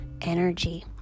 energy